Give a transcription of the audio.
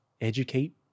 educate